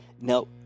Now